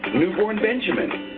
new born benjamin.